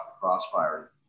crossfire